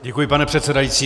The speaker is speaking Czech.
Děkuji, pane předsedající.